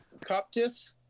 Coptis